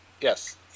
Yes